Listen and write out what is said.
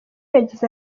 yagize